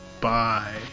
Bye